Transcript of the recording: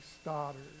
Stoddard